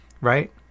right